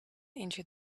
into